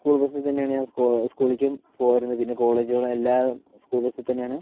school ബസ്സിൽ തന്നെയാണ് ഞാൻ സ്കൂളിലേക്കും പോയിരുന്നത് പിന്നെ കോളേജുകളും എല്ലാം സ്കൂൾ ബസ്സിൽ തന്നെയാണ്